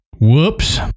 Whoops